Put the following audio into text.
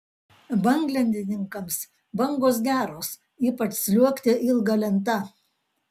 banglentininkams bangos geros ypač sliuogti ilga lenta